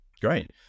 Great